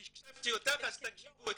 הקשבתי לך אז תקשיבי לי.